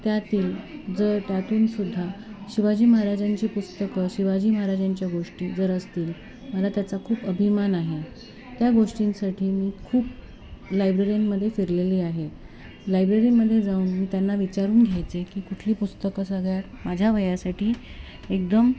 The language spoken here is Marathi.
त्यातील जर त्यातून सुद्धा शिवाजी महाराजांची पुस्तकं शिवाजी महाराजांच्या गोष्टी जर असतील मला त्याचा खूप अभिमान आहे त्या गोष्टींसाठी मी खूप लायब्ररींमध्ये फिरलेली आहे लायब्ररीमध्ये जाऊन मी त्यांना विचारून घ्यायचे की कुठली पुस्तकं सगळ्यात माझ्या वयासाठी एकदम